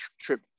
trip